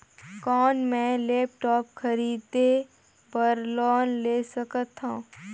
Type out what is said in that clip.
कौन मैं लेपटॉप खरीदे बर लोन ले सकथव?